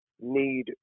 need